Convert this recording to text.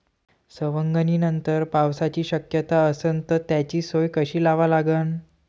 सवंगनीनंतर पावसाची शक्यता असन त त्याची सोय कशी लावा लागन?